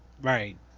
Right